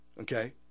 okay